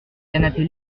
canapé